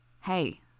Hey